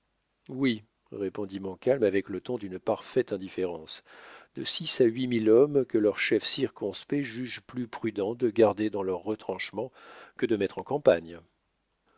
oui répondit montcalm avec le ton d'une parfaite indifférence de six à huit mille hommes que leur chef circonspect juge plus prudent de garder dans leurs retranchements que de mettre en campagne